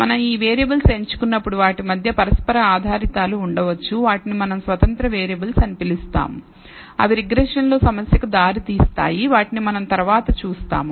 మనం ఈ వేరియబుల్స్ ఎంచుకున్నప్పుడు వాటి మధ్య పరస్పర ఆధారితాలు ఉండవచ్చు వాటిని మనం స్వతంత్ర వేరియబుల్స్ అని పిలుస్తాము అవి రిగ్రెషన్ లో సమస్య కు దారితీస్తాయి వాటిని మనం తర్వాత చూస్తాము